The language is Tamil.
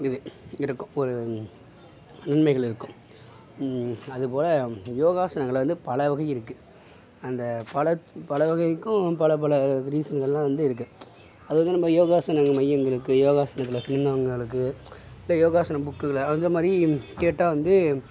இது இருக்கும் ஒரு நன்மைகள் இருக்கும் அதுபோல் யோகாசனங்களில் வந்து பல வகை இருக்குது அந்த பல பல வகைக்கும் பல பல ரீசன்கள்லாம் வந்து இருக்குது அதுக்கு நம்ம யோகாசன மையங்களுக்கு யோகாசனம் இல்லை யோகாசனம் புக்குகளில் அந்தமாதிரி கேட்டால் வந்து